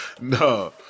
No